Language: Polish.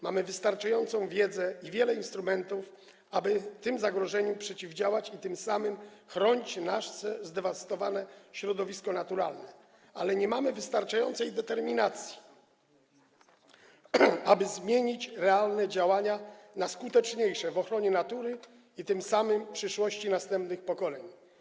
Mamy wystarczającą wiedzę i wiele instrumentów, aby tym zagrożeniom przeciwdziałać i tym samym chronić nasze zdewastowane środowisko naturalne, ale nie mamy wystarczającej determinacji, aby zmienić realne działania na skuteczniejsze w ochronie natury i tym samym przyszłości następnych pokoleń.